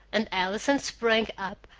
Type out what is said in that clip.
and allison sprang up,